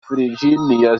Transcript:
virginia